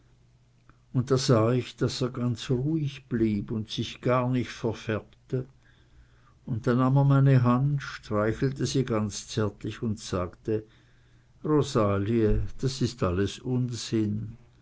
und da sah ich daß er ganz ruhig blieb un sich gar nicht verfärbte un dann nahm er meine hand streichelte sie ganz zärtlich un sagte rosalie das is alles unsinn